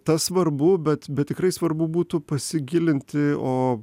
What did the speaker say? tas svarbu bet bet tikrai svarbu būtų pasigilinti o